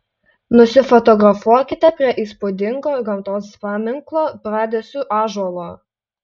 nusifotografuokite prie įspūdingo gamtos paminklo bradesių ąžuolo